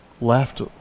left